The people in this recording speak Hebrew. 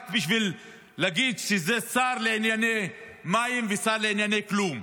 רק בשביל להגיד שזה שר לענייני מים ושר לענייני כלום,